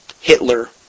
Hitler